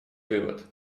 вывод